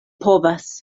povas